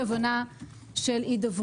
הבנה של הידברות בפרק זמן של שבועיים.